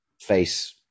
face